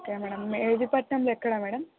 okay madam మెహిదీపట్నంలో ఎక్కడ madam